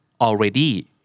already